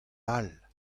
all